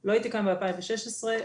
אני לא הייתי כאן בשנת 2016,